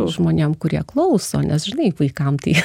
žmonėm kurie klauso nes žinai vaikam tai